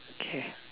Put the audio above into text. okay